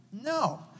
No